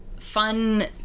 fun